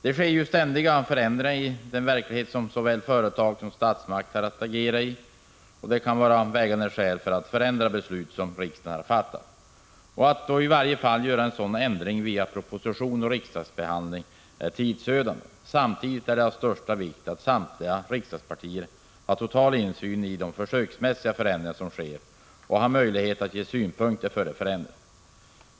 Det sker ju ständiga förändringar i den verklighet som såväl företag som statsmakter har att agera i, och det kan utgöra vägande skäl för att förändra beslut som riksdagen har fattat. Att göra en sådan förändring genom proposition och riksdagsbehandling är tidsödande. Samtidigt är det av största vikt att samtliga riksdagspartier har total insyn i de försöksmässiga förändringar som sker och har möjlighet att lämna synpunkter på förändringarna.